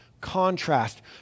contrast